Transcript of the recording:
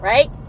Right